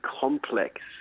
complex